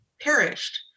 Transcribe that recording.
perished